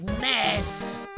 mess